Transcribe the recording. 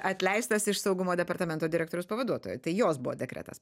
atleistas iš saugumo departamento direktoriaus pavaduotojo tai jos buvo dekretas